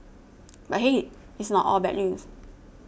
but hey it's not all bad news